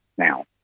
Now